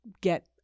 get